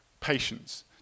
patience